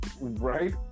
Right